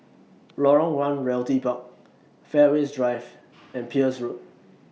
Lorong one Realty Park Fairways Drive and Peirce Road